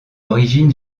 origine